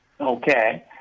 Okay